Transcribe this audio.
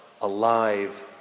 alive